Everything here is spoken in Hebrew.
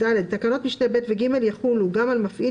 תקנות משנה (ב) ו-(ג) יחולו גם על מפעיל